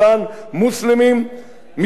מי יודע מי נמצא בארץ היום,